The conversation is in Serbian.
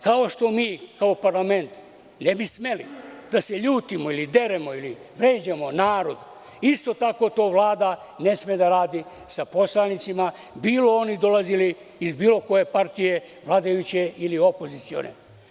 Kao što mi kao parlament ne bi smeli da se ljutimo ili deremo ili vređamo narod, isto tako to Vlada ne sme da radi sa poslanicima, bilo oni dolazili iz bilo koje partije, vladajuće ili opozicione.